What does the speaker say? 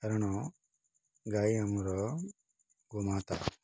କାରଣ ଗାଈ ଆମର ଗୋମାତା